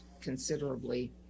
considerably